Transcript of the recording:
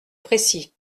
précis